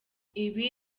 ibi